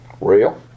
Real